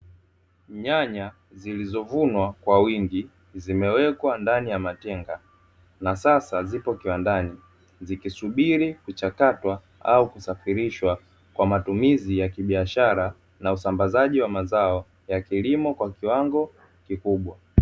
Nyanya zilizovunwa kwa wingi zimewekwa ndani ya matenga, na sasa zipo kiwandani zikisubiri kuchakatwa au kusafirishwa kwa matumizi ya kibiashara na usambazaji wa mazao ya kilimo kwa kiwango kikubwa.